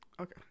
Okay